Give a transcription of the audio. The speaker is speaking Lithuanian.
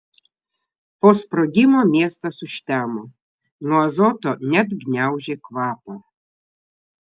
po sprogimo miestas užtemo nuo azoto net gniaužė kvapą